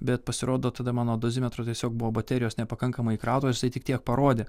bet pasirodo tada mano dozimetro tiesiog buvo baterijos nepakankamai įkrautos ir jis tik tiek parodė